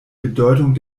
bedeutung